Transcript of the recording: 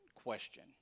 question